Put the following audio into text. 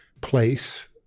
place